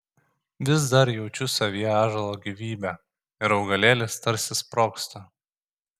vis dar jaučiu savyje ąžuolo gyvybę ir augalėlis tarsi sprogsta